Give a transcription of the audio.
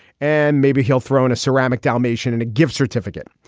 and maybe he'll throw in a ceramic dalmatian and a gift certificate.